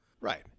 Right